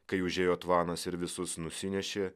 kai užėjo tvanas ir visus nusinešė